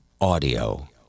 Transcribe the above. audio